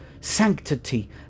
sanctity